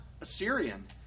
Assyrian